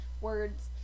words